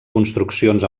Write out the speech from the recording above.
construccions